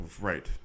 right